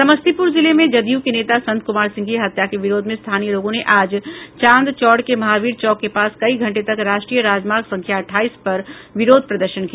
समस्तीपुर जिले में जदयू के नेता संत कुमार सिंह की हत्या के विरोध में स्थानीय लोगों ने आज चांद चौड़ के महावीर चौक के पास कई घंटे तक राष्ट्रीय राजमार्ग संख्या अठाईस पर विरोध प्रदर्शन किया